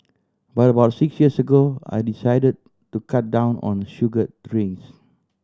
but about six years ago I decided to cut down on sugared drinks